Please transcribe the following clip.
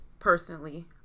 Personally